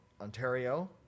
Ontario